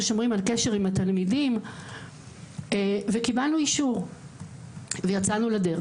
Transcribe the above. איך אנחנו שומרים על קשר עם התלמידים וקיבלנו אישור ויצאנו לדרך.